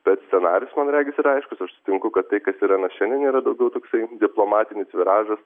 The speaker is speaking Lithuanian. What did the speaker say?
bet scenarijus man regis yra aiškus aš sutinku kad tai kas yra na šiandien yra daugiau toksai diplomatinis viražas